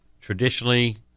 Traditionally